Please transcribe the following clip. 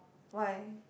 why